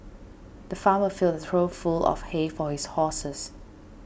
the farmer filled a trough full of hay for his horses